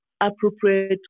appropriate